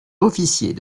officier